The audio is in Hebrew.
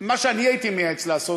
מה שאני הייתי מייעץ לעשות,